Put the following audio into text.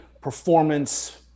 performance